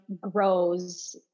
grows